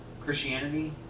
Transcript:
Christianity